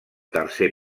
tercer